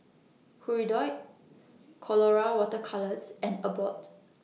Hirudoid Colora Water Colours and Abbott